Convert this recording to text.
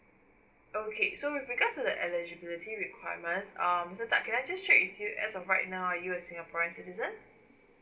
okay so with regards to the eligibility requirements um mister tak can I just check with you as of right now are you a singaporean citizen